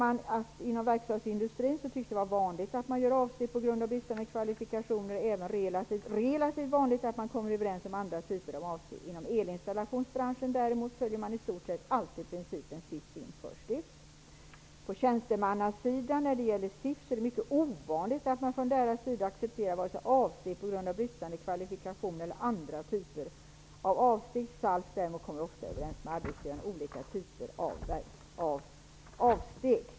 Man säger: ''Inom verkstadsindustrin så tycks det vara vanligt att man gör avsteg på grund av bristande kvalifikationer och även relativt vanligt att man kommer överens om andra typer av avsteg. Inom elinstallationsbranschen däremot, följer man i stort sett alltid principen ''sist in -- först ut' --. På tjänstemannasidan --. När det gäller SIF, så är det mycket ovanligt att man från deras sida accepterar vare sig avsteg på grund av bristande kvalifikationer eller andra typer av avsteg. SALF däremot kommer oftare överens med arbetsgivaren om olika typer av avsteg.''